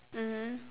mmhmm